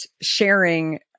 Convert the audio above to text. sharing